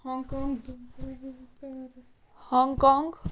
Hong Kong Paris Hong Kong